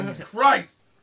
Christ